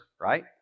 right